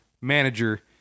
manager